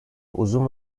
uzun